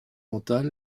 mental